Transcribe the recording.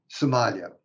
Somalia